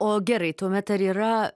o gerai tuomet ar yra